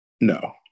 no